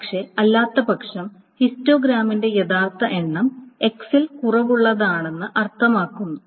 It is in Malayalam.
പക്ഷേ അല്ലാത്തപക്ഷം ഹിസ്റ്റോഗ്രാമിന്റെ യഥാർത്ഥ എണ്ണം x ൽ കുറവുള്ളതാണെന്ന് അർത്ഥമാക്കുന്നു